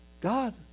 God